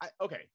okay